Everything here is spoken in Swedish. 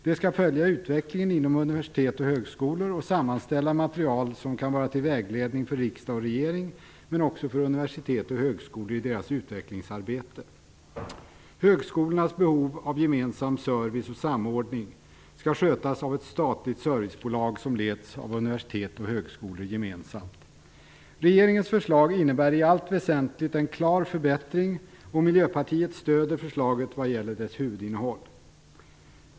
Det skall följa utvecklingen inom universitet och högskolor och sammanställa material som kan vara till vägledning för riksdag och regering men också för universitet och högskolor i deras utvecklingsarbete. Högskolornas behov av gemensam service och samordning skall skötas av ett statligt servicebolag som leds av universitet och högskolor gemensamt. Regeringens förslag innebär i allt väsentligt en klar förbättring. Miljöpartiet stöder förslagets huvudinnehåll.